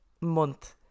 month